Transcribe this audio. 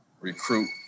recruit